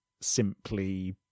simply